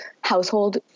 household